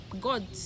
God